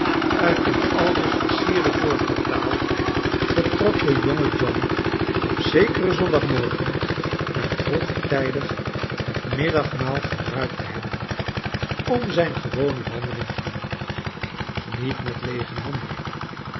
uit dit aldus versierde voorportaal vertrok de jonge john op zekeren zondagmorgen na vroegtijdig het middagmaal gebruikt te hebben om zijn gewone wandeling te doen niet met leege handen